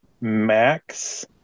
Max